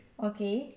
okay